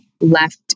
left